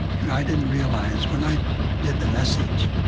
and i didn't realize when i did the message,